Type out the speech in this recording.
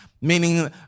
meaning